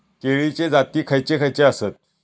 केळीचे जाती खयचे खयचे आसत?